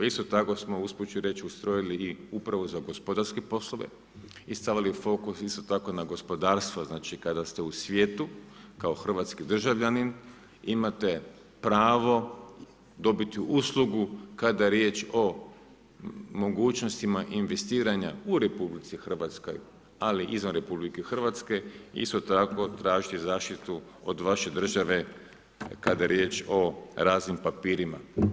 Isto tako smo, usput ću reći ustrojili i upravu za gospodarske poslove i stavili fokus isto tako na gospodarstva, znači kada ste u svijetu, kao hrvatski državljanin, imate pravo dobiti uslugu kada je riječ o mogućnostima investiranja u RH, ali izvan RH, isto tako tražiti zaštitu od vaše države kada je riječ o raznim papirima.